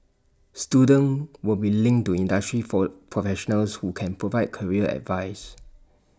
students will be linked to industry for professionals who can provide career advice